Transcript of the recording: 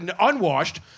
unwashed